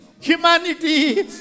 humanity